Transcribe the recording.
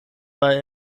war